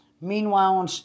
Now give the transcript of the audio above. meanwhile